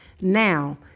Now